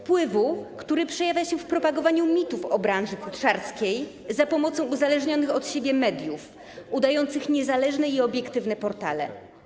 wpływu, który przejawia się w propagowaniu mitów o branży futrzarskiej za pomocą uzależnionych od siebie mediów udających niezależne i obiektywne portale.